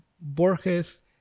Borges